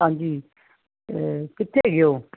ਹਾਂਜੀ ਕਿੱਥੇ ਹੈਗੇ ਓ